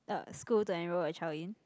ah school to enrol your child in